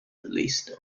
released